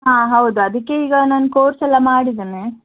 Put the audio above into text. ಹಾಂ ಹೌದು ಅದಕ್ಕೆ ಈಗ ನಾನು ಕೋರ್ಸ್ ಎಲ್ಲ ಮಾಡಿದ್ದೇನೆ